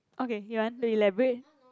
okay you want to elaborate